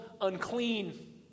unclean